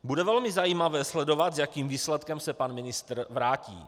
Bude velmi zajímavé sledovat, s jakým výsledkem se pan ministr vrátí.